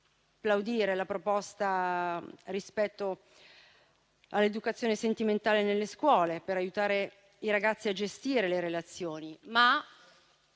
plaudire la proposta rispetto all'educazione sentimentale nelle scuole per aiutare i ragazzi a gestire le relazioni.